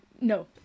No